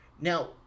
Now